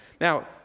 Now